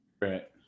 right